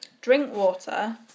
Drinkwater